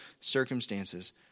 circumstances